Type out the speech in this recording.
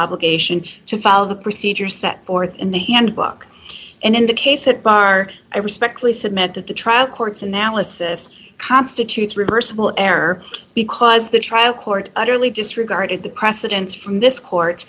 obligation to follow the procedures set forth in the handbook and in the case at bar i respectfully submit that the trial court's analysis constitutes reversible error because the trial court utterly disregarded the precedents from this court